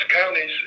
counties